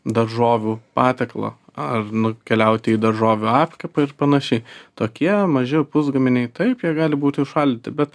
daržovių patiekalą ar nukeliauti į daržovių apkepą ir panašiai tokie maži pusgaminiai taip jie gali būti užšaldyti bet